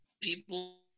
people